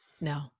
No